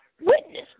witness